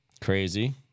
Crazy